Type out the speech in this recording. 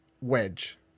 Wedge